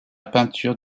peinture